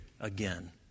again